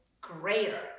greater